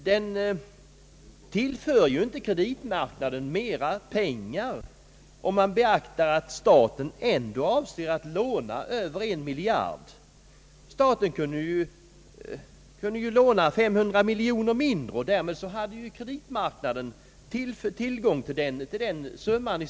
Den tillför ju inte kreditmarknaden mera pengar, om man beaktar att staten ändå avser att låna över en miljard. Staten kunde ju låna 500 miljoner kronor mindre, och därmed hade ju kreditmarknaden på ett annat sätt tillgång till den summan.